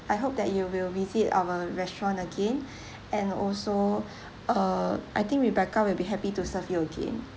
I hope that you will visit our restaurant again and also uh I think rebecca will be happy to serve you again